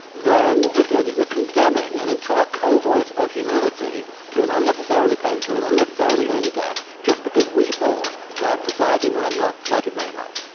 then what we're doing is we're condemning an entire cohort of humanity to an unnecessarily painful and unnecessarily early death just because we thought that society might not like it very much.